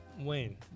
Wayne